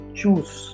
choose